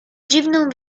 dziwną